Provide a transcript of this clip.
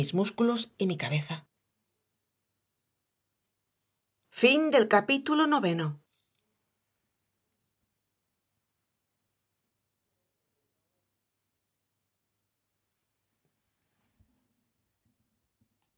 músculos y mi cabeza